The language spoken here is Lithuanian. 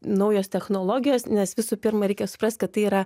naujos technologijos nes visų pirma reikia suprast kad tai yra